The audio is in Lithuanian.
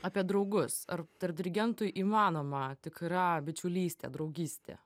apie draugus ar tarp dirigentų įmanoma tikra bičiulystė draugystė